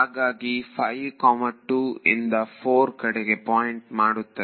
ಹಾಗಾಗಿ 5 2 ಇಂದ 4 ಕಡೆಗೆ ಪಾಯಿಂಟ್ ಮಾಡು ಮಾಡುತ್ತಿದೆ